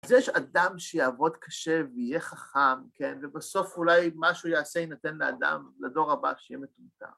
‫אז יש אדם שיעבוד קשה ויהיה חכם, ‫ובסוף אולי משהו יעשה, ‫ינתן לאדם, לדור הבא, ‫שיהיה מטומטם.